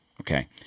Okay